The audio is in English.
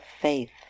faith